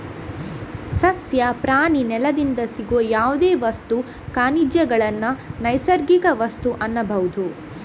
ಸಸ್ಯ, ಪ್ರಾಣಿ, ನೆಲದಿಂದ ಸಿಗುವ ಯಾವುದೇ ವಸ್ತು, ಖನಿಜಗಳನ್ನ ನೈಸರ್ಗಿಕ ವಸ್ತು ಅನ್ಬಹುದು